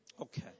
Okay